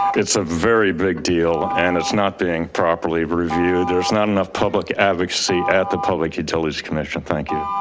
it's a very big deal and it's not being properly reviewed. there's not enough public advocacy at the public utilities commission. thank you.